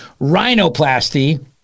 rhinoplasty